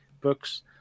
books